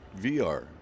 VR